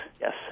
yes